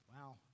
Wow